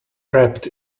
wrapped